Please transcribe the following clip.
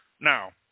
Now